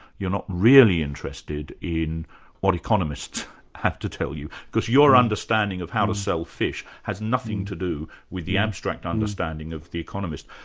you're not really interested in what economists have to tell you, because your understanding of how to sell fish has nothing to do with the abstract understanding of the economist.